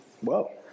Whoa